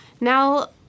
Now